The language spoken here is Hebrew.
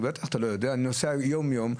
אני נוסע שם יום-יום.